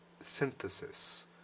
synthesis